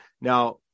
Now